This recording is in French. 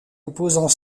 opposant